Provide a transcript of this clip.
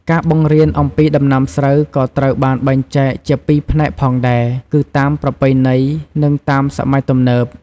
ការបង្រៀនអំពីដំណាំស្រូវក៏ត្រូវបានបែងចែកជាពីរផ្នែកផងដែរ គឺតាមប្រពៃណី និងតាមសម័យទំនើប។